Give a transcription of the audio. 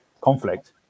conflict